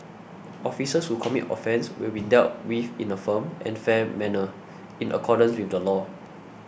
officers who commit offences will be dealt with in a firm and fair manner in accordance with the law